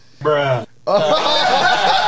Bruh